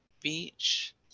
beach